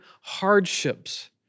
hardships